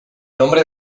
nombre